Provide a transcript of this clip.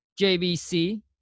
JVC